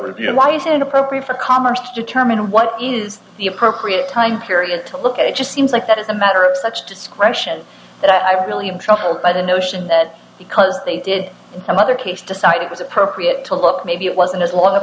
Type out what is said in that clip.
appropriate for commerce determine what is the appropriate time period to look at it just seems like that is a matter of such discretion but i really am troubled by the notion that because they did in some other case decide it was appropriate to look maybe it wasn't as long a